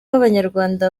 abanyarwanda